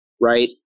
right